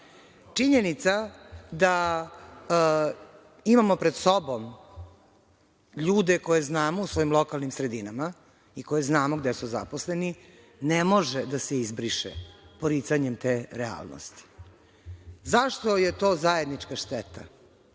Činjenica da imamo pred sobom ljude koje znamo u svojim lokalnim sredinama i koje znamo gde su zaposleni, ne može da se izbriše poricanjem te realnosti.Zašto je to zajednička šteta?